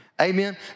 Amen